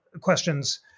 questions